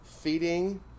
feeding